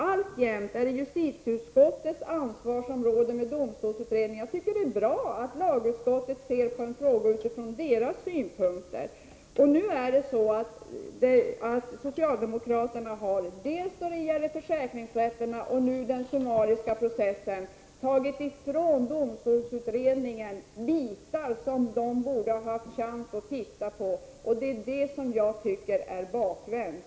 Alltjämt är det justitieutskottet som har ansvaret för domstolsutredningen. Det är bra att lagutskottet ser på en fråga utifrån lagutskottets synpunkter. Socialdemokraterna har — förutom det som har skett med försäkringsrätterna och nu med den summariska processen — tagit ifrån domstolsutredningen delar som den borde haft chans att titta på. Det är det som jag tycker är bakvänt.